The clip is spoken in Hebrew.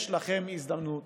יש לכם הזדמנות